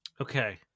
Okay